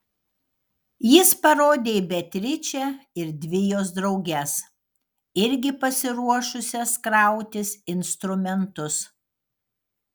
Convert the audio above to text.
jis parodė į beatričę ir dvi jos drauges irgi pasiruošusias krautis instrumentus